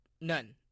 None